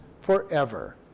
forever